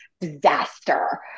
disaster